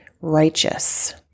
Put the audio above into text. Righteous